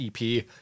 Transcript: EP